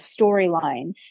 storyline